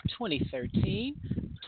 2013